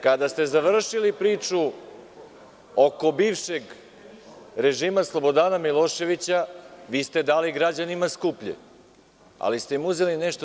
Kada ste završili priču oko bivšeg režima Slobodana Miloševića, vi ste dali građanima skuplje, ali ste im uzeli nešto.